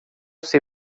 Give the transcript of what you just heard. sei